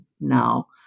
now